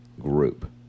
group